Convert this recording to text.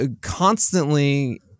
constantly